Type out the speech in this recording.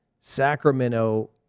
Sacramento